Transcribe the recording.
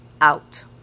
out